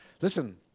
Listen